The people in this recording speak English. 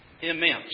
immense